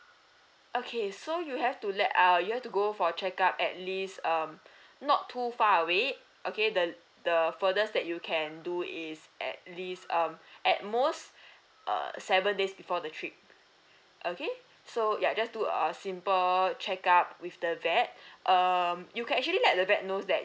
okay so you have to let uh you to go for checkup at least um not too far away okay the the furthest that you can do is at least um at most uh seven days before the trip okay so ya just do a simple checkup with the vet um you can actually let the vet knows that